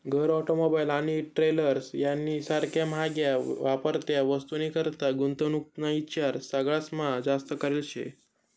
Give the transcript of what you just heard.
घर, ऑटोमोबाईल आणि ट्रेलर्स यानी सारख्या म्हाग्या वापरत्या वस्तूनीकरता गुंतवणूक ना ईचार सगळास्मा जास्त करेल शे